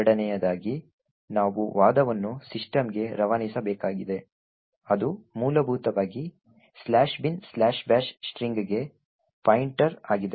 ಎರಡನೆಯದಾಗಿ ನಾವು ವಾದವನ್ನು ಸಿಸ್ಟಮ್ಗೆ ರವಾನಿಸಬೇಕಾಗಿದೆ ಅದು ಮೂಲಭೂತವಾಗಿ "binbash" ಸ್ಟ್ರಿಂಗ್ಗೆ ಪಾಯಿಂಟರ್ ಆಗಿದೆ